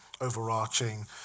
overarching